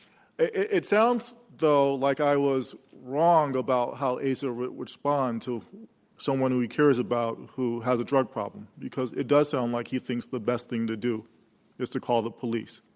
it sounds, though, like i was wrong about how asa would respond to someone who he cares about who has a drug problem, because it does sound like he thinks the best thing to do is to call the police,